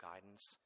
guidance